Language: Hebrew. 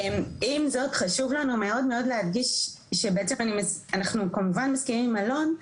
עם זאת חשוב לנו מאוד מאוד להדגיש שבעצם אנחנו כמובן מסכימים עם אלון,